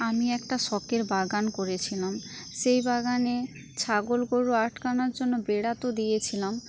আমি একটা সখের বাগান করেছিলাম সেই বাগানে ছাগল গরু আটকানোর জন্য বেড়া তো দিয়েছিলাম